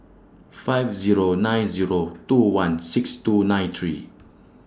five Zero nine Zero two one six two nine three